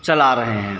चला रहे हैं